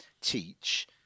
teach